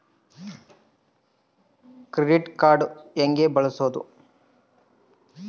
Credit card ಹೆಂಗ ಬಳಸೋದು?